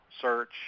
search